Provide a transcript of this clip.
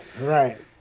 right